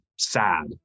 sad